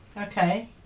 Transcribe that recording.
Okay